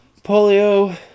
polio